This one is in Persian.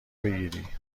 بگیری